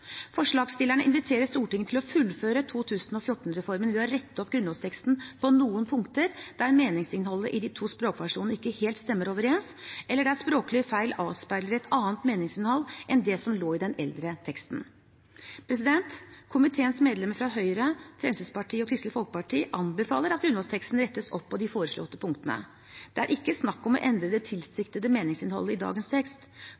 Forslagsstillerne inviterer Stortinget til å fullføre 2014-reformen ved å rette opp grunnlovsteksten på noen punkter der meningsinnholdet i de to språkversjonene ikke helt stemmer overens, eller der språklige feil avspeiler et annet meningsinnhold enn det som lå i den eldre teksten. Komiteens medlemmer fra Høyre, Fremskrittspartiet og Kristelig Folkeparti anbefaler at grunnlovsteksten rettes opp på de foreslåtte punktene. Det er ikke snakk om å endre det tilsiktede meningsinnholdet i dagens tekst.